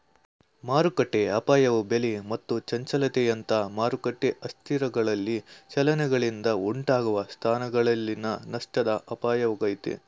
ಮಾರುಕಟ್ಟೆಅಪಾಯವು ಬೆಲೆ ಮತ್ತು ಚಂಚಲತೆಯಂತಹ ಮಾರುಕಟ್ಟೆ ಅಸ್ಥಿರಗಳಲ್ಲಿ ಚಲನೆಗಳಿಂದ ಉಂಟಾಗುವ ಸ್ಥಾನಗಳಲ್ಲಿನ ನಷ್ಟದ ಅಪಾಯವಾಗೈತೆ